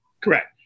Correct